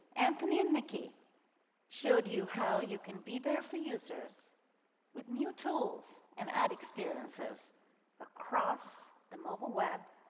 anthony and nicky showed you how you can be there for users with new tools and ad experiences across the mobile web,